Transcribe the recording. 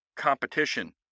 competition